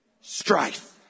Strife